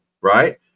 right